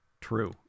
true